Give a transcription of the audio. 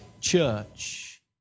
church